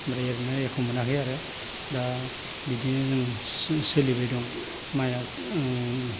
ओमफ्राय ओरैनो एक'मोनाखै आरो दा बिदिनो जों सोलिबाय दं माइआ ओम